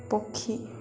ପକ୍ଷୀ